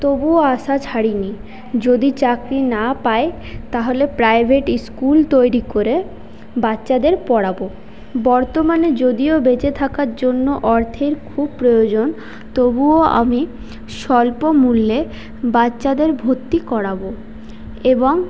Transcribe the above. তবুও আশা ছাড়িনি যদি চাকরি না পাই তাহলে প্রাইভেট স্কুল তৈরী করে বাচ্চাদের পড়াবো বর্তমানে যদিও বেঁচে থাকার জন্য অর্থের খুব প্রয়োজন তবুও আমি স্বল্প মূল্যে বাচ্চাদের ভর্তি করাবো এবং